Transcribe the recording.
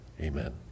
Amen